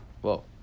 Whoa